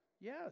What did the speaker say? Yes